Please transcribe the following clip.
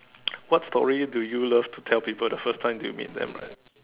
what's story do you love to tell people the first time do you meet them right